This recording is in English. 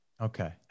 Okay